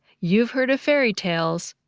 you've heard fairy tales.